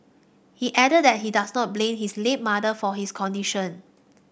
he added that he does not blame his late mother for his condition